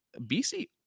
BC